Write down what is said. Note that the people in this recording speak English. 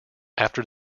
after